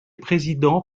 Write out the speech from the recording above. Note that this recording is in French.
président